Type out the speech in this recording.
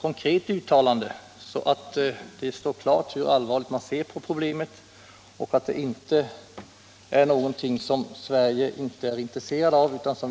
konkret uttalande, så att det står klart hur allvarligt man ser på problemet och att detta inte är någonting som Sverige inte intresserar sig för.